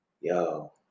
yo